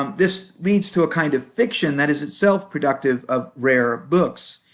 um this leads to a kind of fiction that is itself productive of rare books.